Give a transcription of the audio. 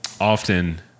often